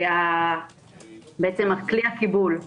כלי הקיבול.